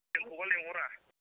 जोंखौबा लेंहरा